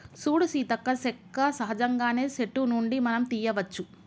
సూడు సీతక్క సెక్క సహజంగానే సెట్టు నుండి మనం తీయ్యవచ్చు